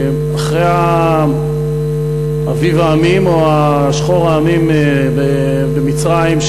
אחרי "אביב העמים" או "שחור העמים" במצרים,